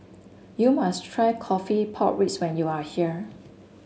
you must try coffee pork when you are here